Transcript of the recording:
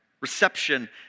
reception